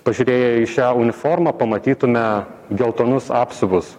pažiūrėję į šią uniformą pamatytume geltonus apsiuvus